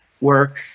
work